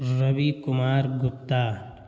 Ravi Kumar Gupta